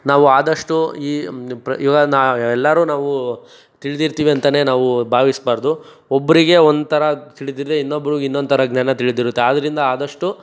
ನಾವು ಆದಷ್ಟು ಈ ಈವಾಗ ನಾವು ಎಲ್ಲಾರೂ ನಾವು ತಿಳ್ದಿರ್ತೀವಿ ಅಂತಾನೇ ನಾವು ಭಾವಿಸಬಾರದು ಒಬ್ಬರಿಗೆ ಒಂಥರ ತಿಳಿದಿದ್ದರೆ ಇನ್ನೊಬ್ಬರಿಗೆ ಇನ್ನೊಂದು ಥರ ಜ್ಞಾನ ತಿಳಿದಿರುತ್ತೆ ಆದ್ದರಿಂದ ಆದಷ್ಟು